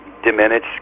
Diminished